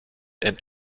and